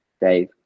Dave